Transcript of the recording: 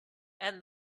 and